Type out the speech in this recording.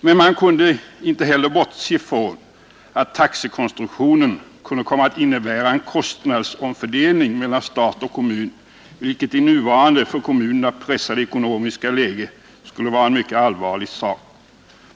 Men man kunde inte heller bortse från att taxekonstruktionen kunde komma att innebära en kostnadsomfördelning mellan stat och kommun, vilket i nuvarande för kommunerna pressade ekonomiska läge skulle vara en mycket allvarlig sak.